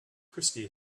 christy